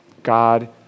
God